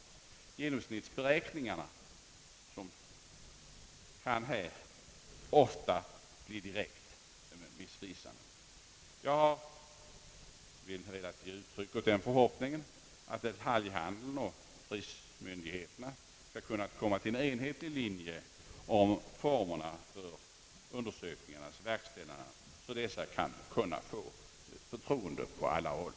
Genomsnittsberäkningar kan här ofta bli direkt missvisande. Jag har velat ge uttryck åt den förhoppningen att detaljhandeln och prismyndigheterna skall kunna komma till en enhetlig linje beträffande formerna för undersökningarnas verkställande så att dessa skall kunna inge förtroende på alla håll.